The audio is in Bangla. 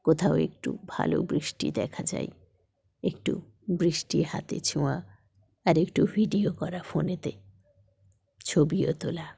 কোথাও একটু ভালো বৃষ্টি দেখা যায় একটু বৃষ্টি হাতে ছোঁয়া আর একটু ভিডিও করা ফোনেতে ছবিও তোলা